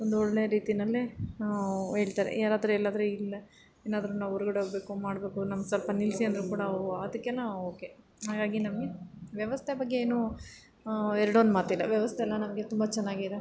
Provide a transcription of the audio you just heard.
ಒಂದೊಳ್ಳೆ ರೀತಿಯಲ್ಲೇ ಹೇಳ್ತಾರೆ ಯಾರಾದರೂ ಎಲ್ಲಾದರೂ ಇಲ್ಲೆ ಏನಾದರೂ ನಾವು ಹೊರಗಡೆ ಹೋಗ್ಬೇಕು ಮಾಡಬೇಕು ನಮ್ಗೆ ಸ್ವಲ್ಪ ನಿಲ್ಲಸಿ ಅಂದರೂ ಕೂಡ ಅವರು ಅದಕ್ಕೆನ ಓಕೆ ಹಾಗಾಗಿ ನಮಗೆ ವ್ಯವಸ್ಥೆ ಬಗ್ಗೆ ಏನು ಏರಡೊಂದು ಮಾತಿಲ್ಲ ವ್ಯವಸ್ಥೆ ಎಲ್ಲ ನಮಗೆ ತುಂಬ ಚೆನ್ನಾಗಿದೆ